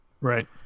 Right